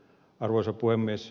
arvoisa puhemies